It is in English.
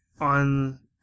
on